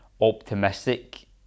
optimistic